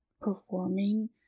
performing